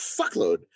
fuckload